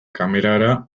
kamerara